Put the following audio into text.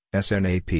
SNAP